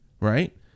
right